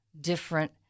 different